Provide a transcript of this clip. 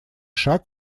шаг